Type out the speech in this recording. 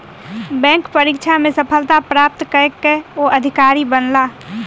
bank परीक्षा में सफलता प्राप्त कय के ओ अधिकारी बनला